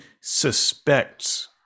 suspects